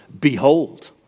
behold